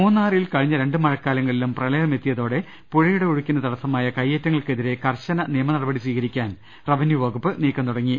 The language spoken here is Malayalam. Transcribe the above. മൂന്നാറിൽ കഴിഞ്ഞ രണ്ട് മഴക്കാലങ്ങളിലും പ്രളയമെത്തിയതോടെ പുഴയുടെ ഒഴുക്കിന് തടസമായ കയ്യേറ്റങ്ങൾക്കെതിരെ കർശന നിയമ നടപടി സ്വീകരിക്കാൻ റവന്യൂ വകുപ്പ് നീക്കം തുടങ്ങി